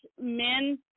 men